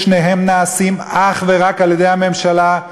ששניהם נעשים אך ורק על-ידי הממשלה,